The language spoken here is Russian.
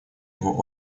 его